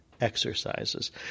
Exercises